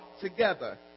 together